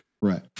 Right